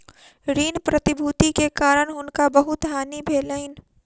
ऋण प्रतिभूति के कारण हुनका बहुत हानि भेलैन